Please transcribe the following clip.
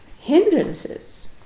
hindrances